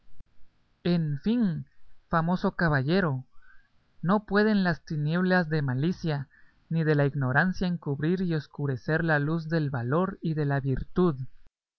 en fin famoso caballero no pueden las tinieblas de malicia ni de la ignorancia encubrir y escurecer la luz del valor y de la virtud